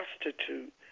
prostitute